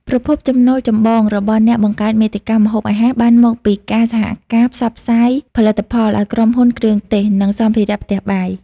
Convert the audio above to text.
ប្រភពចំណូលចម្បងរបស់អ្នកបង្កើតមាតិកាម្ហូបអាហារបានមកពីការសហការផ្សព្វផ្សាយផលិតផល ឱ្យក្រុមហ៊ុនគ្រឿងទេស និងសម្ភារៈផ្ទះបាយ។